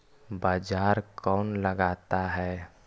बाजार कौन लगाता है?